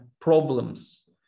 problems